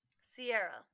sierra